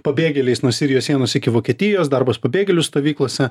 pabėgėliais nuo sirijos sienos iki vokietijos darbas pabėgėlių stovyklose